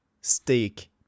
steak